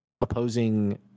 opposing